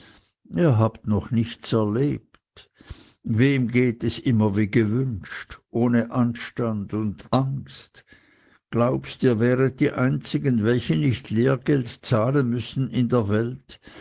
ihr habt noch nichts erlebt wem geht es immer wie gewünscht ohne angst und anstand glaubst ihr wäret die einzigen welche nicht lehrgeld zahlen müssen in der welt